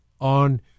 on